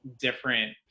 different